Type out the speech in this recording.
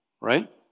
Right